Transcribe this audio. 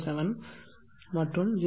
707 மற்றும் 0